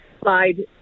slide